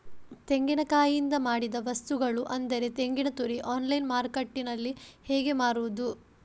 ತೆಂಗಿನಕಾಯಿಯಿಂದ ಮಾಡಿದ ವಸ್ತುಗಳು ಅಂದರೆ ತೆಂಗಿನತುರಿ ಆನ್ಲೈನ್ ಮಾರ್ಕೆಟ್ಟಿನಲ್ಲಿ ಹೇಗೆ ಮಾರುದು?